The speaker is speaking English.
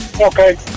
Okay